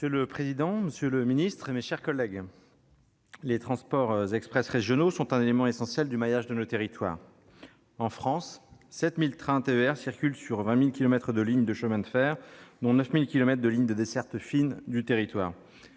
Monsieur le président, monsieur le secrétaire d'État, mes chers collègues, les transports express régionaux (TER) sont un élément essentiel du maillage de nos territoires. En France, 7 000 trains TER circulent sur 20 000 kilomètres de lignes de chemin de fer, dont 9 000 kilomètres de lignes de desserte fine du territoire,